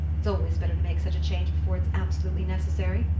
it's always better to make such a change before it's absolutely necessary.